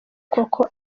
koko